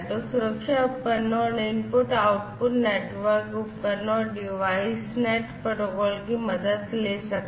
तो सुरक्षा उपकरणों और इनपुट आउटपुट नेटवर्क उपकरणों और डिवाइसनेट प्रोटोकॉल की मदद ले सकते हैं